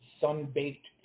sun-baked